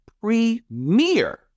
premier